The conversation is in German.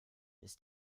ist